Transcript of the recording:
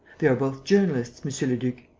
they are both journalists, monsieur le duc.